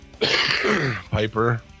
Piper